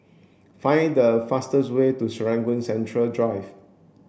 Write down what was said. find the fastest way to Serangoon Central Drive